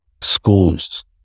schools